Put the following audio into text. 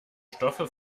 stoffe